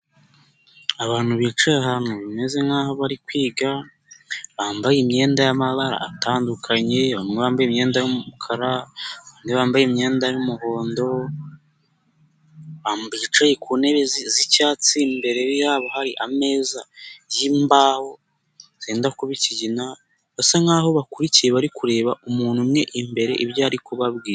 Abantu bicaye ahantu bimeze nk'aho bari kwiga, bambaye imyenda y'amabara atandukanye, abambaye imyenda y'umukara, abambaye imyenda y'umuhondo, bicaye ku ntebe z'icyatsi, imbere yabo hari ameza y'imbaho, zenda kuba ikigina basa nk'aho bakurikiye bari kureba umuntu umwe imbere ibyo ari kubabwira.